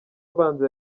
abanza